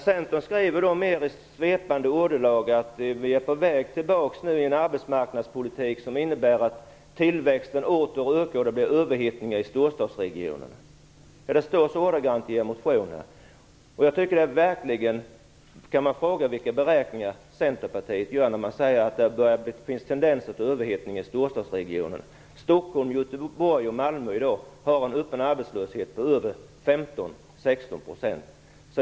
Centern skriver i mer svepande ordalag att vi nu är på väg tillbaka in i en arbetsmarknadspolitik som innebär att tillväxten åter ökar och det blir överhettning i storstadsregionerna. Det står så ordagrant i er motion. Man kan verkligen fråga vilka beräkningar Centerpartiet gör när partiet säger att det finns tendenser till överhettning i storstadsregionerna. Stockholm, Göteborg och Malmö har i dag en öppen arbetslöshet på 15-16 %.